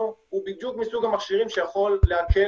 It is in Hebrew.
-- שלנו הוא בדיוק מסוג המכשירים שיכול להקל